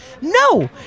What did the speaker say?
no